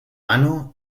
mano